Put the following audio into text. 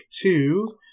two